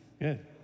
Good